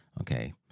okay